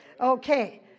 Okay